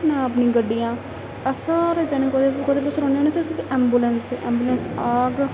अपनी गड्डियां अस सारे जने कुतै रौह्न्ने होन्ने ते ऐंबुलेंस ते ऐंबुलेंस आह्ग